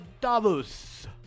Davos